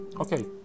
okay